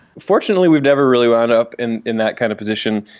fortunately we've never really wound up in in that kind of position.